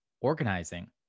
Organizing